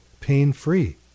pain-free